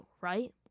right